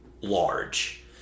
large